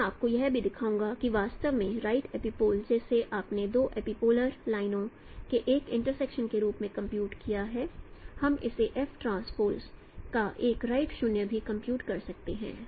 मैं आपको यह भी दिखाऊंगा कि वास्तव में राइट एपिपोल जिसे आपने दो एपीपोलर लाइनों के एक इंटरसेक्शन के रूप में कंप्यूट की है हम इसे FT का एक राइट शून्य भी कंप्यूट कर सकते हैं